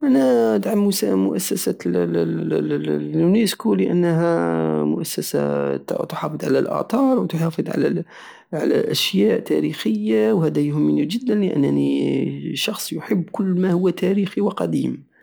انا ادعم مؤ- مؤسسة اليونيسكو لانها مؤسسة تحافظ على الاثار وتحافظ على- على اشياء تاريخية وهدا يهمني جدا لانني شخص يحب كل ماهو تاريخي وقديم